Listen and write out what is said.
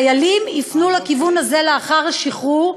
חיילים יפנו לכיוון הזה לאחר השחרור,